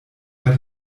bei